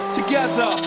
together